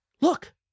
look